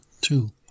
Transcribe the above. two